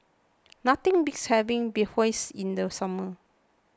nothing beats having Bratwurst in the summer